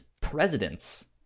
Presidents